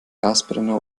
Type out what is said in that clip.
gasbrenner